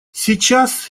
сейчас